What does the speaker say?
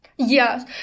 Yes